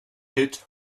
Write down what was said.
hit